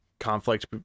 conflict